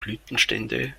blütenstände